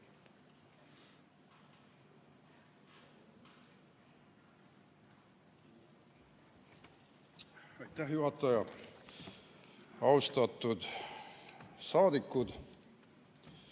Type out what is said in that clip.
Aitäh, juhataja! Austatud saadikud!